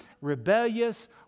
rebellious